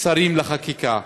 השרים לחקיקה.